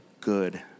good